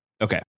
Okay